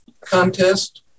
contest